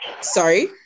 Sorry